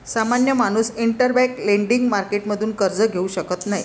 सामान्य माणूस interbank lending मार्केटतून कर्ज घेऊ शकत नाही